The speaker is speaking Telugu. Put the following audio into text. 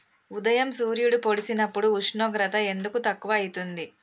ఉదయం సూర్యుడు పొడిసినప్పుడు ఉష్ణోగ్రత ఎందుకు తక్కువ ఐతుంది?